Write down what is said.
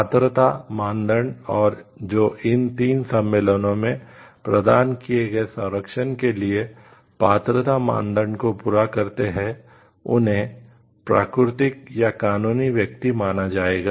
पात्रता मानदंड और जो इन 3 सम्मेलनों में प्रदान किए गए संरक्षण के लिए पात्रता मानदंड को पूरा करते हैं उन्हें प्राकृतिक या कानूनी व्यक्ति माना जाएगा